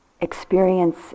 experience